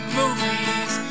movies